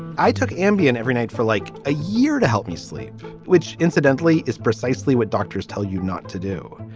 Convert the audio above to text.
i took ambien every night for like a year to help me sleep, which incidentally is precisely what doctors tell you not to do.